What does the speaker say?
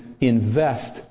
invest